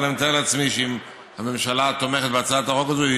אבל אני מתאר לעצמי שאם הממשלה תומכת בהצעת החוק הזאת,